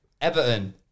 Everton